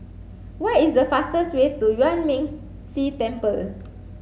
what is the fastest way to Yuan Ming Si Temple